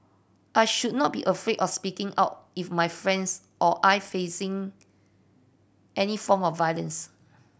I should not be afraid of speaking out if my friends or I facing any form of violence